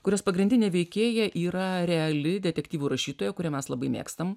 kurios pagrindinė veikėja yra reali detektyvų rašytoja kurią mes labai mėgstam